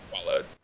swallowed